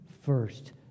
first